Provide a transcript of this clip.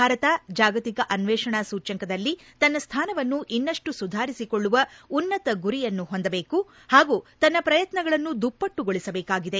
ಭಾರತ ಜಾಗತಿಕ ಅನ್ವೇಷಣಾ ಸೂಚ್ಯಂಕದಲ್ಲಿ ತನ್ನ ಸ್ಡಾನವನ್ನು ಇನ್ನಷ್ನು ಸುಧಾರಿಸಿಕೊಳ್ಳುವ ಉನ್ನತ ಗುರಿಯನ್ನು ಹೊಂದಬೇಕು ಹಾಗೂ ತನ್ನ ಪ್ರಯತ್ನಗಳನ್ನು ದುಪ್ಪಟ್ಟುಗೊಳಿಸಬೇಕಾಗಿದೆ